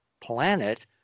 planet